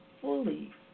fully